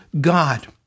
God